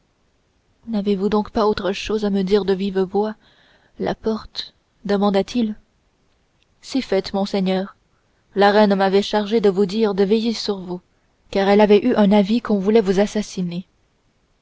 n'avez-vous donc pas autre chose à me dire de vive voix la porte demanda-t-il si fait monseigneur la reine m'avait chargé de vous dire de veiller sur vous car elle avait eu avis qu'on voulait vous assassiner